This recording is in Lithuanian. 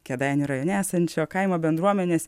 kėdainių rajone esančio kaimo bendruomenės